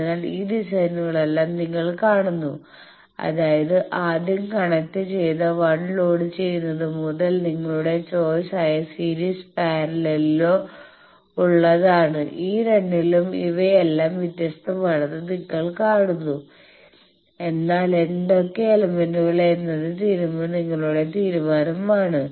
അതിനാൽ ഈ ഡിസൈനുകളെല്ലാം നിങ്ങൾ കാണുന്നു അതായത് ആദ്യം കണക്റ്റുചെയ്ത 1 ലോഡ് ചെയ്യുന്നത് മുതൽ നിങ്ങളുടെ ചോയ്സ് ആയ സീരീസിലോ പാരലലിലോ ഉള്ളതാണ് ഈ രണ്ടിലും ഇവയെല്ലാം വ്യത്യസ്തമാണെന്ന് നിങ്ങൾ കാണുന്നു എന്നാൽ ഏതൊക്കെ എലമെന്റുകൾ എന്നത് നിങ്ങളുടെ തീരുമാനമാണ്